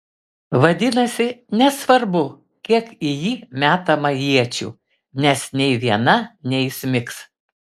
vadinasi nesvarbu kiek į jį metama iečių nes nė viena neįsmigs